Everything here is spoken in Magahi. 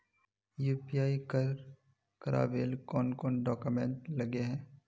यु.पी.आई कर करावेल कौन कौन डॉक्यूमेंट लगे है?